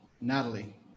Natalie